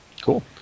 Cool